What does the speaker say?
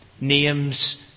Names